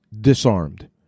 disarmed